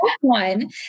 one